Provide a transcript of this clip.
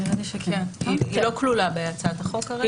היא לא כלולה בהצעת החוק כרגע.